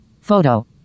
Photo